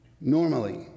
normally